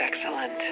excellent